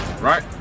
right